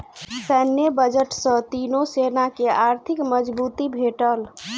सैन्य बजट सॅ तीनो सेना के आर्थिक मजबूती भेटल